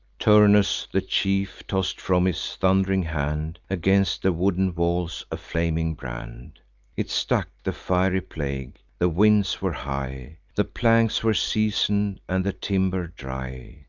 turnus, the chief, toss'd from his thund'ring hand against the wooden walls, a flaming brand it stuck, the fiery plague the winds were high the planks were season'd, and the timber dry.